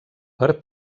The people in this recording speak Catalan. per